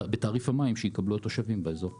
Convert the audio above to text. גם בתעריף המים שהתושבים באזור יקבלו.